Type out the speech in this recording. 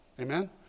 amen